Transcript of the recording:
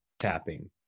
tapping